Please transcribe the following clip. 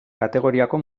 kategoriako